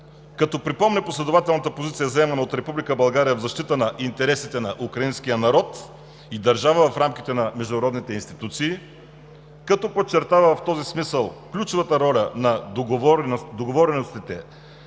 като припомня последователната позиция, заемана от Република България в защита на интересите на украинския народ и държава в рамките на международните институции; - като подчертава в този смисъл ключовата роля на договореностите,